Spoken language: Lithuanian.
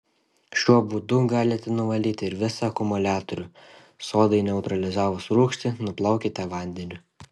šiuo būdu galite nuvalyti ir visą akumuliatorių sodai neutralizavus rūgštį nuplaukite vandeniu